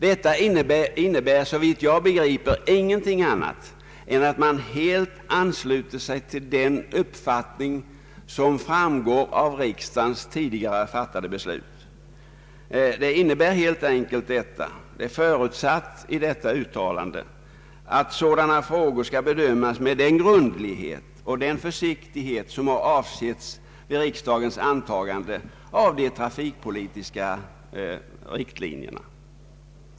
Detta innebär såvitt jag begriper ingenting annat än att man helt ansluter sig till riksdagens tidigare fattade beslut. Det förutsätts alltså i detta utlåtande att sådana frågor skall bedömas med den grundlighet och försiktighet som avsetts när riksdagen antog de trafikpolitiska riktlinjerna.